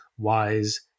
wise